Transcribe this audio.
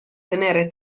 tenere